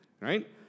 right